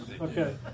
Okay